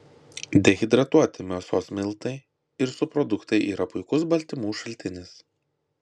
dehidratuoti mėsos miltai ir subproduktai yra puikus baltymų šaltinis